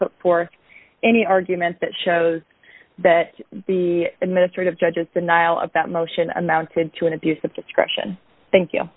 put forth any argument that shows that the administrative judge is denial of that motion amounted to an abuse of discretion thank you